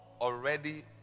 already